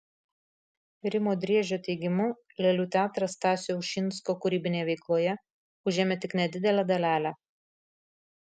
rimo driežio teigimu lėlių teatras stasio ušinsko kūrybinėje veikloje užėmė tik nedidelę dalelę